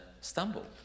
stumble